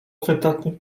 wydatnych